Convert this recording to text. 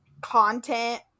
content